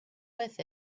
with